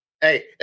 Hey